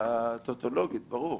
ברור.